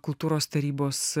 kultūros tarybos